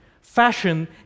Fashion